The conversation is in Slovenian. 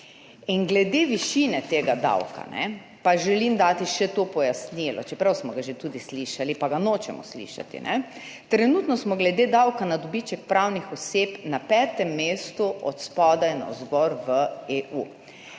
Glede višine tega davka, pa želim dati še to pojasnilo. Čeprav smo ga že tudi slišali, pa ga nočemo slišati. Kajne? Trenutno smo glede davka na dobiček pravnih oseb na petem mestu od spodaj navzgor v EU.